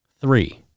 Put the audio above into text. Three